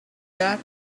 that